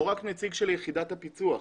לא רק נציג של יחידת הפיצו"ח.